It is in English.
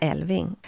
Elving